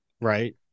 right